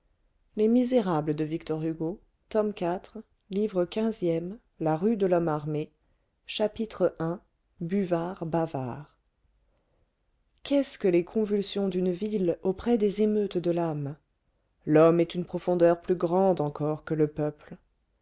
livre quinzième la rue de lhomme armé chapitre i buvard bavard qu'est-ce que les convulsions d'une ville auprès des émeutes de l'âme l'homme est une profondeur plus grande encore que le peuple